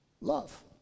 love